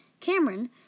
Cameron